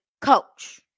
coach